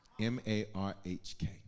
M-A-R-H-K